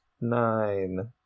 nine